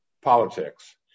politics